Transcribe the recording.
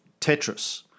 Tetris